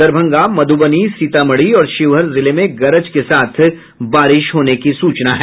दरभंगा मधुबनी सीतामढ़ी और शिवहर जिले में गरज के साथ बारिश हो रही है